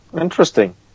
Interesting